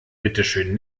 bitteschön